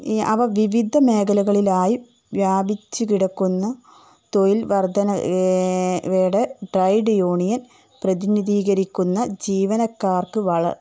അവ വിവിധ മേഖലകളിലായി വ്യാപിച്ചുകിടക്കുന്ന തൊഴിൽ വർദ്ധന വയുടെ ട്രേഡ് യൂണിയൻ പ്രതിനിധീകരിക്കുന്ന ജീവനക്കാർക്ക് വളർ